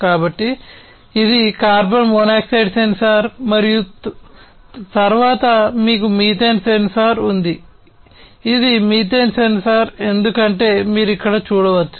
కాబట్టి ఇది carbon monoxide sensor ఎందుకంటే మీరు ఇక్కడ చూడవచ్చు